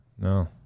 No